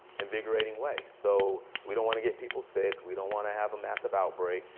invigorating way. so we don't want to get people sick. we don't want to have a massive outbreak.